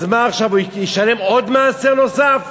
אז עכשיו ישלם מעשר נוסף?